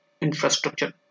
infrastructure